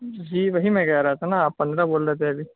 جی وہی میں کہہ رہا تھا نا آپ پندرہ بول رہے تھے ابھی